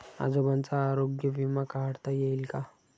आजोबांचा आरोग्य विमा काढता येईल का?